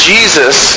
Jesus